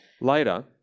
Later